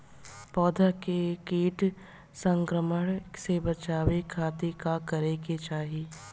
पौधा के कीट संक्रमण से बचावे खातिर का करे के चाहीं?